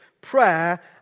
Prayer